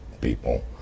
people